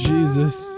Jesus